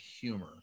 humor